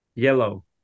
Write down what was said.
Yellow